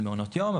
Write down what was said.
על מעונות יום,